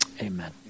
Amen